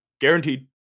guaranteed